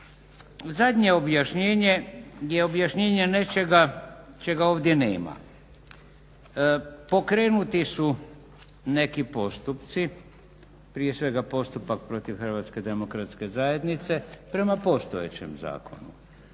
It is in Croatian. zadnje objašnjenje je objašnjenje nečega čega ovdje nema. Pokrenuti su neki postupci, prije svega postupak protiv HDZ-a prema postojećem zakonu.